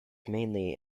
mainly